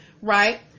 right